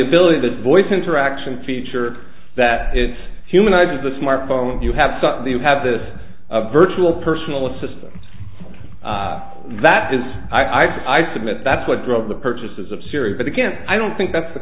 ability to voice interaction feature that is humanize the smartphone you have something you have this virtual personal assistant that is i submit that's what drove the purchases of siri but again i don't think that's the